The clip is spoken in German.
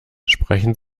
sprechen